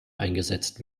eingesetzt